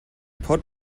pot